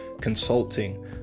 consulting